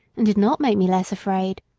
and did not make me less afraid.